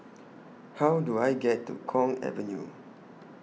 How Do I get to Kwong Avenue